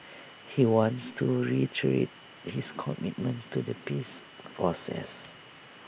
he wants to reiterate his commitment to the peace process